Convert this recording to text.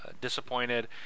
disappointed